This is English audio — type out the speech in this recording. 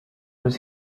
was